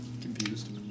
Confused